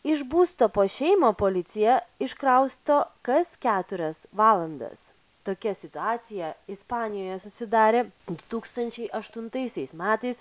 iš būsto po šeimą policija iškrausto kas keturias valandas tokia situacija ispanijoje susidarė du tūkstančiai aštuntaisiais metais